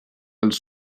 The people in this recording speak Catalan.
als